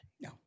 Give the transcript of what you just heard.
No